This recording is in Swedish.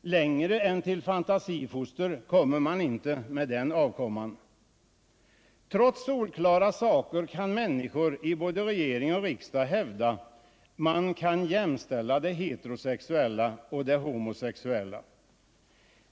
Längre än till fantasifoster kommer man inte med den avkomman. Trots solklara saker kan människor i regering och riksdag hävda att man kan jämställa det heterosexuella och det homosexuella.